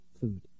food